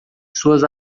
suas